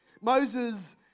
Moses